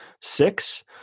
six